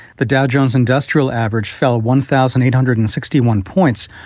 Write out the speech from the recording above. the dow jones industrial average fell one thousand eight hundred and sixty one points,